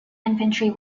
infantry